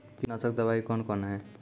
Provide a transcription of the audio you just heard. कीटनासक दवाई कौन कौन हैं?